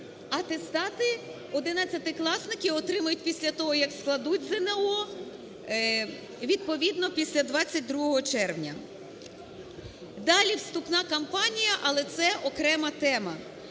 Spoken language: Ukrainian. атестати одинадцятикласники отримають після того, як складуть ЗНО, відповідно, після 22 червня. Далі вступна кампанія, але це – окрема тема.